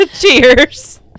Cheers